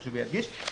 חשוב להדגיש,